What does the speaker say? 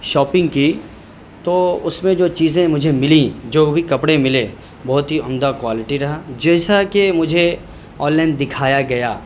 shopping کی تو اس میں جو چیزیں مجھے ملیں جو بھی کپڑے ملے بہت ہی عمدہ کوائلٹی رہا جیسا کہ مجھے آن لائن دکھایا گیا